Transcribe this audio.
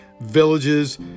villages